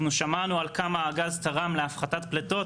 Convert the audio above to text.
אנחנו שמענו על כמה הגז תרם להפחתת פליטות